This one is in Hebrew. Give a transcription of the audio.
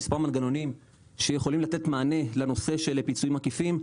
מספר מנגנונים שיכולים לתת מענה לנושא של פיצויים עקיפים,